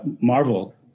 Marvel